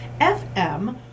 FM